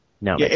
No